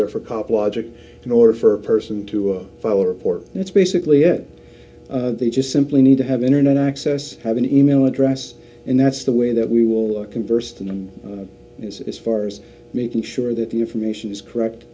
there for cop logic in order for person to follow report that's basically it they just simply need to have internet access have an e mail address and that's the way that we will conversed and is as far as making sure that the information is correct